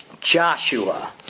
Joshua